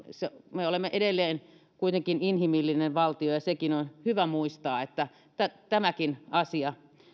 me olemme edelleen kuitenkin inhimillinen valtio ja sekin on hyvä muistaa että tämäkin asia